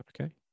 Okay